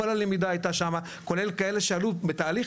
כל הלמידה הייתה שם כולל כאלה שעלו בתהליך